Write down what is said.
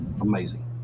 amazing